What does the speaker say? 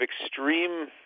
extreme